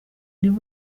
niwe